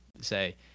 say